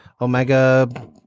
Omega